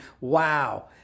wow